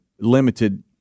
limited